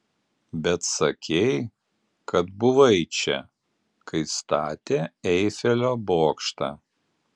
bet sakei kad buvai čia kai statė eifelio bokštą